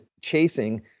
chasing